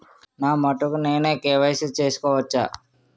నా మటుకు నేనే కే.వై.సీ చేసుకోవచ్చా?